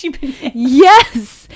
yes